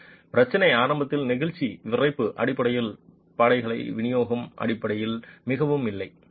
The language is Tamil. மற்றும் பிரச்சனை ஆரம்பத்தில் நெகிழ்ச்சி விறைப்பு அடிப்படையில் படைகள் விநியோகம் அடிப்படையில் மிகவும் இல்லை